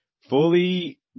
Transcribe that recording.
fully